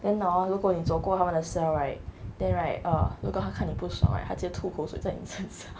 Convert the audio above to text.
then [ho] 如果你走过他们的 cell right then right 如果他看你不爽 right 他直接吐口水在你身上